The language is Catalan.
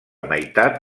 meitat